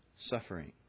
suffering